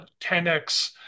10x